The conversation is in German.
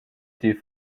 die